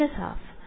12 അല്ലെങ്കിൽ 12